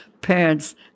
parents